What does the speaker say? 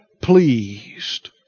pleased